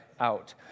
Out